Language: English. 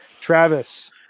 Travis